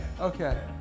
Okay